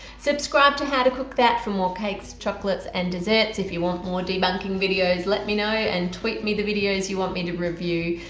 subscribe to how to cook that for more cakes chocolates and desserts, if you want more debunking videos let me know and tweet me the videos you want me to review.